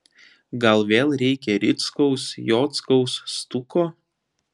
gal vėl reikia rickaus jockaus stuko